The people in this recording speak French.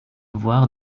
voir